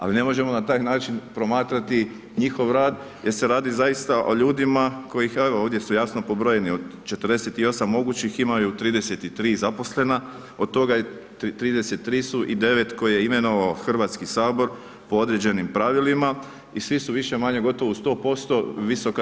Ali ne možemo na taj način promatrati njihov rad jer se radi zaista o ljudima, kojih evo ovdje su jasno pobrojeni, od 48 mogućih imaju 33 zaposlena, od toga 33 su i 9 koje je imenovao HS po određenim pravilima i svi su više-manje gotovo u 100% VSS.